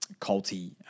culty